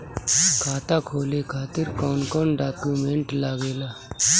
खाता खोले खातिर कौन कौन डॉक्यूमेंट लागेला?